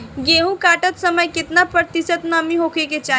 गेहूँ काटत समय केतना प्रतिशत नमी होखे के चाहीं?